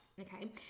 okay